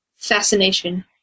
fascination